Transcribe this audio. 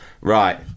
right